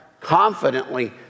confidently